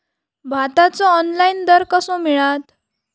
भाताचो ऑनलाइन दर कसो मिळात?